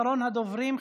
אחרון הדוברים,